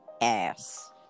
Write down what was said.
ass